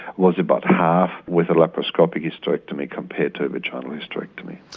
was about half with the laparoscopic hysterectomy compared to vaginal hysterectomy.